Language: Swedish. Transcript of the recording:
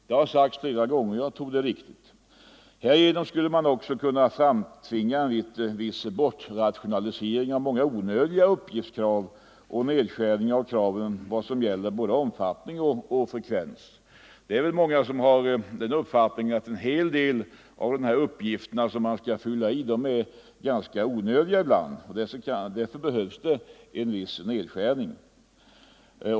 Det har sagts flera gånger, och jag tror att det är riktigt. Härigenom skulle man också kunna framtvinga en viss bortrationalisering av många onödiga uppgiftskrav och nedskärning av kraven i fråga om både omfattning och frekvens. Det är väl många som har den uppfattningen att en hel del av dessa uppgifter som man skall fylla i är ganska onödiga ibland. Därför behövs det en viss nedskärning.